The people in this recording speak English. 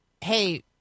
hey